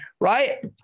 right